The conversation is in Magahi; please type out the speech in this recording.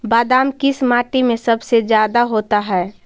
बादाम किस माटी में सबसे ज्यादा होता है?